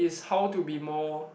is how to be more